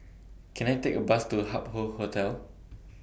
Can I Take A Bus to Hup Hoe Hotel